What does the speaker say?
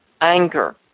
Anger